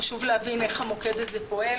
חשוב להביא איך המוקד הזה פועל.